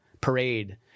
parade